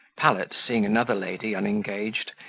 pallet, seeing another lady unengaged,